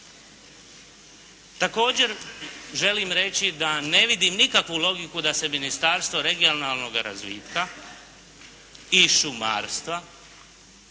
Također želim reći da ne vidim nikakvu logiku da se Ministarstvo regionalnoga razvitka i šumarstva